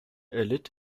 erlitt